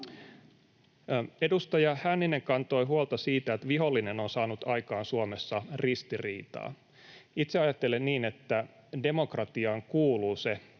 Edustaja Hänninen kantoi huolta siitä, että vihollinen on saanut aikaan Suomessa ristiriitaa. Itse ajattelen niin, että demokratiaan kuuluu se,